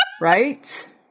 Right